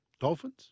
Dolphins